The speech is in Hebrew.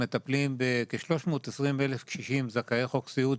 מטפלים בכ-320 אלף קשישים זכאי חוק סיעוד,